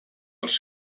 els